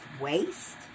waste